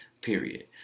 Period